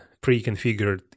pre-configured